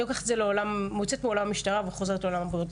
אני יוצאת מעולם המשטרה ונכנסת לעולם הבריאות,